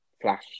flash